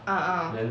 ah ah